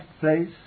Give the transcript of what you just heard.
place